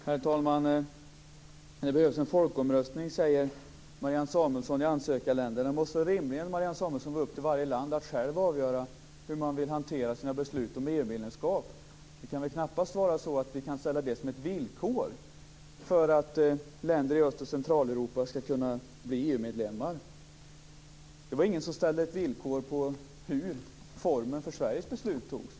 Herr talman! Det behövs en folkomröstning i ansökarländerna, säger Marianne Samuelsson. Det måste väl rimligen vara upp till varje land att själv avgöra hur man vill hantera sina beslut om EU medlemskap. Det kan väl knappast vara så att vi ställer det som ett villkor för att länder i Öst och Centraleuropa skall kunna bli EU-medlemmar. Det var ingen som ställde villkor för hur Sveriges beslut skulle fattas.